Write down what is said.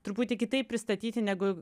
truputį kitaip pristatyti negu